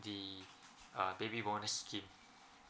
the uh baby bonus scheme